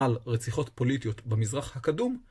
על רציחות פוליטיות במזרח הקדום.